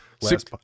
six